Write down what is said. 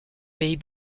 pays